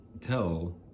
tell